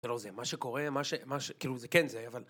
זה לא זה, מה שקורה... מה ש... כאילו זה כן זה, אבל